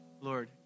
Lord